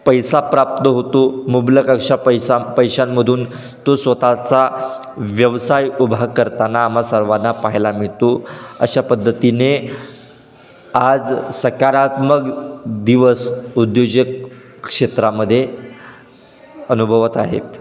पैसा प्राप्त होतो मुबलक अशा पैसा पैशांमधून तो स्वतःचा व्यवसाय उभा करताना आम्हा सर्वांना पाहायला मिळतो अशा पद्धतीने आज सकारात्मक दिवस उद्योजक क्षेत्रामध्ये अनुभवत आहेत